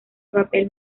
papel